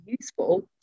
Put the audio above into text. useful